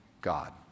God